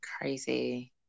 crazy